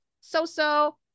so-so